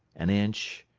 an inch.